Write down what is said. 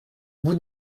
vous